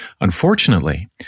Unfortunately